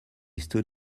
stood